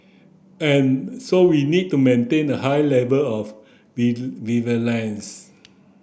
and so we need to maintain a high level of vigilance